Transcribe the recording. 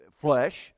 flesh